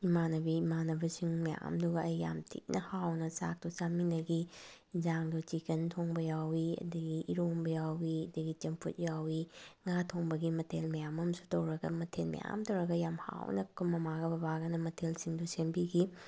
ꯏꯃꯥꯟꯅꯕꯤ ꯏꯃꯥꯟꯅꯕꯁꯤꯡ ꯃꯌꯥꯝꯗꯨꯒ ꯑꯩꯒ ꯌꯥꯝꯊꯤꯅ ꯍꯥꯎꯅ ꯆꯥꯛꯇꯣ ꯆꯥꯃꯤꯟꯅꯈꯤ ꯑꯦꯟꯁꯥꯡꯗꯣ ꯆꯤꯛꯀꯟ ꯊꯣꯡꯕ ꯌꯥꯎꯋꯤ ꯑꯗꯒꯤ ꯏꯔꯣꯟꯕ ꯌꯥꯎꯋꯤ ꯑꯗꯒꯤ ꯆꯝꯐꯨꯠ ꯌꯥꯎꯋꯤ ꯉꯥ ꯊꯣꯡꯕꯒꯤ ꯃꯊꯦꯜ ꯃꯌꯥꯝ ꯑꯃꯁꯨ ꯇꯧꯔꯒ ꯃꯊꯦꯜ ꯃꯌꯥꯝ ꯇꯧꯔꯒ ꯌꯥꯝ ꯍꯥꯎꯅ ꯃꯃꯥꯒ ꯕꯕꯥꯒꯅ ꯃꯊꯦꯜꯁꯤꯡꯗꯣ ꯁꯦꯝꯕꯤꯒꯤ